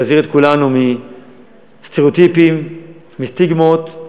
להזהיר את כולנו מסטריאוטיפים, מסטיגמות,